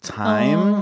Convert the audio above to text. time